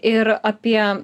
ir apie